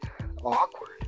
awkward